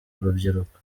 urubyiruko